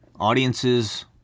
audiences